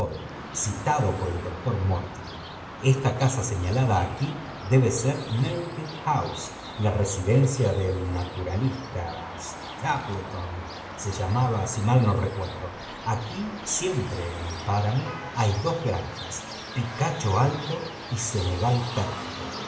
citado por el doctor mortimer esta cása señalada aquí debe ser merripit house la residencia del naturalista stapleton se llamaba si mal no recuerdo aquí siempre en el páramo hay dos granjas picacho alto y cenagal pérfido